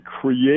create